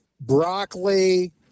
broccoli